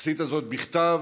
עשית זאת בכתב,